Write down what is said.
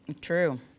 True